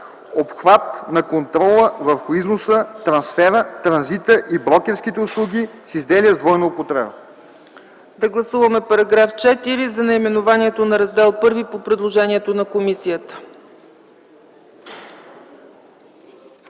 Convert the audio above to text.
„Обхват на контрола върху износа, трансфера, транзита и брокерските услуги с изделия с двойна употреба”.